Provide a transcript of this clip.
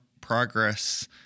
progress